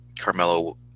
Carmelo